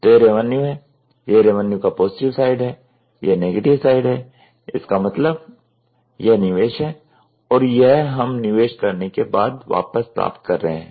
तो यह रेवन्यू है यह रेवन्यू का पॉजिटिव साइड है यह नेगेटिव साइड है इसका मतलब यह निवेश है और यह हम निवेश करने के बाद वापस प्राप्त कर रहे हैं